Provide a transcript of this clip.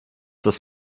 das